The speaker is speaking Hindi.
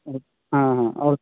हाँ हाँ और